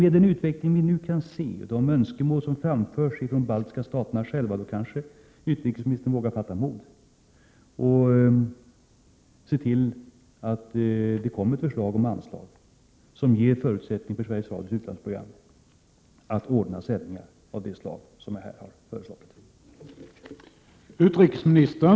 Med den utveckling vi nu kan se och med hänsyn till de önskemål som framförts från de baltiska staterna själva kanske utrikesministern vågar fatta mod och se till att det kommer ett förslag till anslag, som ger förutsättningar för Sveriges Radios utlandsprogram att ordna sändningar av det slag jag här talat om.